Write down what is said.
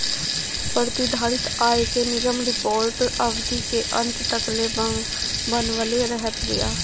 प्रतिधारित आय के निगम रिपोर्ट अवधि के अंत तकले बनवले रहत बिया